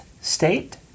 state